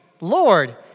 Lord